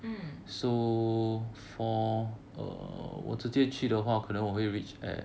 mm